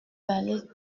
allez